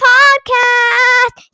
Podcast